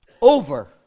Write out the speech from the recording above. over